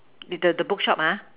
is the the bookshop ah